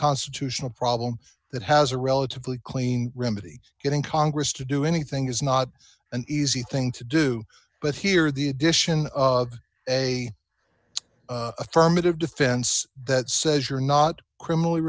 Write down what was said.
constitutional problem that has a relatively clean remedy getting congress to do anything is not an easy thing to do but here the addition of a affirmative defense that says you're not criminally